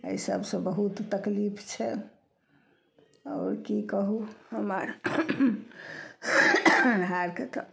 अइ सबसँ बहुत तकलीफ छै आओर की कहू हम आर हारिके तऽ